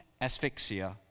asphyxia